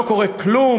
לא קורה כלום.